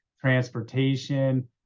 transportation